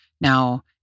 Now